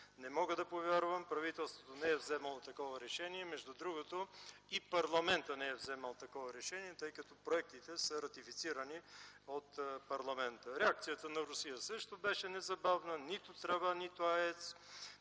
Не мога да повярвам. Правителството не е вземало такова решение.” Между другото и парламентът не е вземал такова решение, тъй като проектите са ратифицирани от парламента. Реакцията на Русия също беше незабавна – нито тръба, нито АЕЦ.